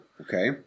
okay